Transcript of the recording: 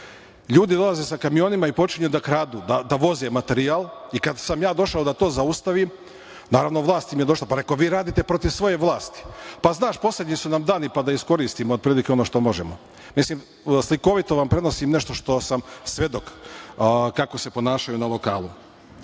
ljudi dolaze sa kamionima i počinju da kradu, da voze materijal i kada sam ja došao da to zaustavim, naravno, vlast im je došla, pa rekoh – vi radite protiv svoje vlasti. –Pa znaš, poslednji su nam dani, pa da iskoristimo otprilike ono što možemo. Mislim, slikovito vam prenosim nešto što sam svedok kako se ponašaju na lokalu.S